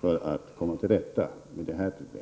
för att komma till rätta med problemen.